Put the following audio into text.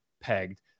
pegged